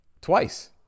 twice